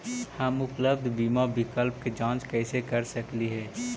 हम उपलब्ध बीमा विकल्प के जांच कैसे कर सकली हे?